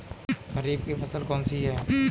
खरीफ की फसल कौन सी है?